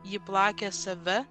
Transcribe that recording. ji plakė save